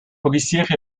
policière